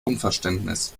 unverständnis